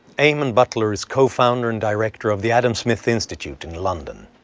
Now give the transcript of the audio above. eamonn butler is co-founder and director of the adam smith institute in london.